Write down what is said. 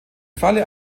falle